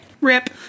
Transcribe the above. Rip